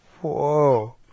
Whoa